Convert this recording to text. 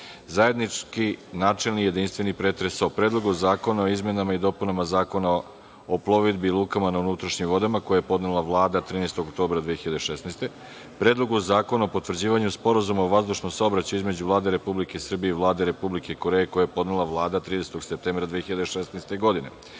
zajednički, načelni, jedinstveni pretres o Predlogu zakona o izmenama i dopunama Zakona o plovidbi i lukama na unutrašnjim vodama koji je podnela vlada 13. oktobra 2016. godine; Predlogu zakona o potvrđivanju sporazuma o vazdušnom saobraćaju između Vlade Republike Srbije i Vlade Republike Koreje, koji je podnela Vlada 13. septembra 2016.